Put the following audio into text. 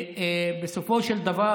ובסופו של דבר